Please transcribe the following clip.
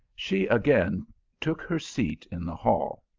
she again took her seat in the hall.